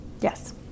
Yes